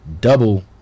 double